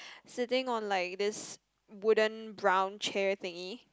sitting on like this wooden brown chair thingy